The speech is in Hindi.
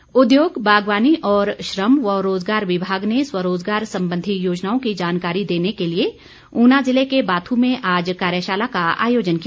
राम कुमार उद्योग बागवानी और श्रम व रोजगार विभाग में स्वरोजगार संबंधी योजनाओं की जानकारी देने के लिए ऊना जिले के बाथू में आज कार्यशाला का आयोजन किया